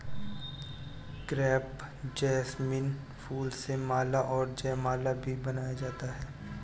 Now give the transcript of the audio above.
crepe jasmine फूल से माला व जयमाला भी बनाया जाता है